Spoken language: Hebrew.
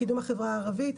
קידום החברה הערבית,